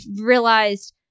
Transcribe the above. realized